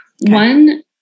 One